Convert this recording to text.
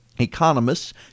economists